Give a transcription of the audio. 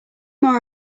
more